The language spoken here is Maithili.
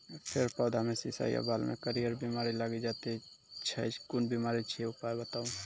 फेर पौधामें शीश या बाल मे करियर बिमारी लागि जाति छै कून बिमारी छियै, उपाय बताऊ?